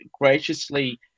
graciously